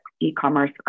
e-commerce